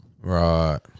Right